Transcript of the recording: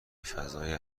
فضای